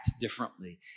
differently